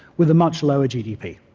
with a much lower gdp.